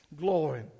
Glory